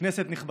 כנסת נכבדה,